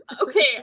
Okay